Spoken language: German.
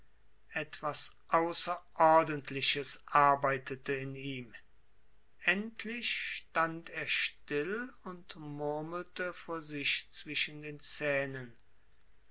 etwas außerordentliches arbeitete in ihm endlich stand er still und murmelte vor sich zwischen den zähnen